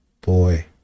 boy